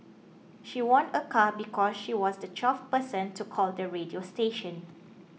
she won a car because she was the twelfth person to call the radio station